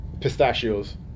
pistachios